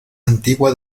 antigua